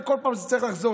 בכל פעם זה צריך לחזור,